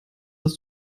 dass